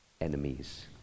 enemies